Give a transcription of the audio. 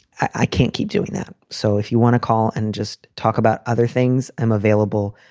i can't keep doing that. so if you want to call and just talk about other things, i'm available.